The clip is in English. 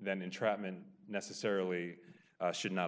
then entrapment necessarily should not